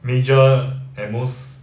major at most